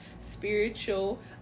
spiritual